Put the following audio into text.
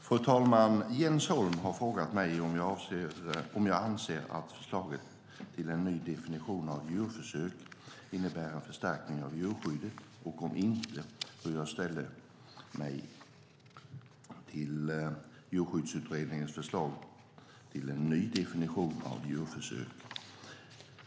Fru talman! Jens Holm har frågat mig om jag anser att förslaget till en ny definition av djurförsök innebär en förstärkning av djurskyddet och, om inte, hur jag ställer mig till Djurskyddsutredningens förslag till en ny definition av djurförsök.